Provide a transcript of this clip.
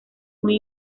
muy